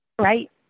Right